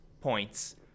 points